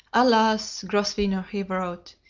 alas, grosvenor, he wrote,